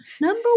Number